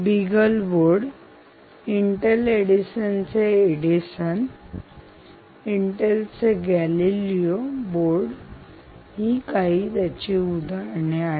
beagle board Intel Edison चे Edison Intel चे Galileo board ही काही उदाहरणे आहेत